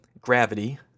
gravity